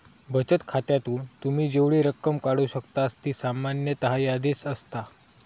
बचत खात्यातून तुम्ही जेवढी रक्कम काढू शकतास ती सामान्यतः यादीत असता